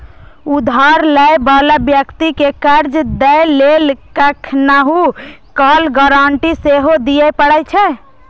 उधार लै बला व्यक्ति कें कर्ज दै लेल कखनहुं काल गारंटी सेहो दियै पड़ै छै